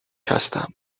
هستم